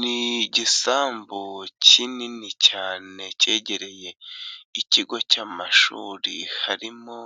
Ni igisambu kinini cyane cyegereye ikigo cy'amashuri, harimo